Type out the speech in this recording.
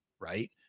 right